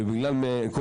ובגלל כל